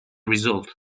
result